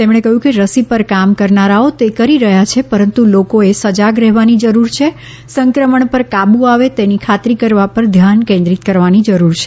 તેમણે કહ્યું કે રસી પર કામ કરનારાઓ તે કરી રહ્યા છે પરંતુ લોકો એ સજાગ રહેવાની છે અને સંક્રમણ પર કાબૂ આવે છે તેની ખાતરી કરવા પર ધ્યાન કેન્દ્રિત કરવાની જરૂર છે